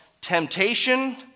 temptation